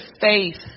faith